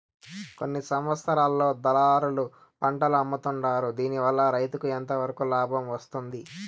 కొన్ని సందర్భాల్లో దళారులకు పంటలు అమ్ముతుంటారు దీనివల్ల రైతుకు ఎంతవరకు లాభం వస్తుంది?